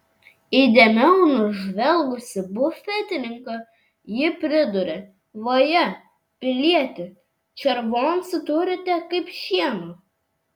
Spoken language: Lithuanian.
įdėmiau nužvelgusi bufetininką ji pridūrė vaje pilieti červoncų turite kaip šieno